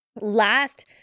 last